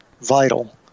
vital